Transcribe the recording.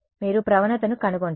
మీరు ప్రవణత ను కనుగొంటారు